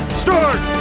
start